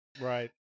Right